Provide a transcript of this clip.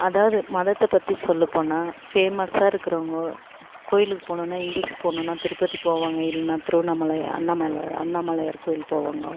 அதாவது மதத்தை பற்றி சொல்லப்போனால் ஃபேமஸாக இருக்கிறவங்கோ கோயிலுக்கு போகணுன்னா ஹிந்துஸ் போகணுன்னா திருப்பதி போவாங்க இல்லைன்னா திருவண்ணாமலை அண்ணாமலை அண்ணாமலையார் கோயில் போவாங்கோ